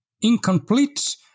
incomplete